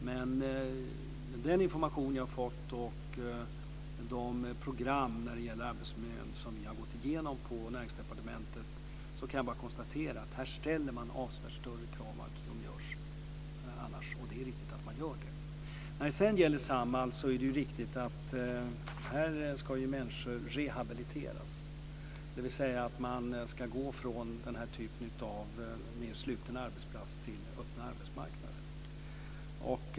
Mot bakgrund av den information jag har fått och de program om arbetsmiljön som vi har gått igenom på Näringsdepartementet kan jag konstatera att man ställer avsevärt större krav än vad som görs annars, och det är riktigt att man gör det. Människor ska rehabiliteras inom Samhall. De ska gå från den typen av mer sluten arbetsplats till den öppna arbetsmarknaden.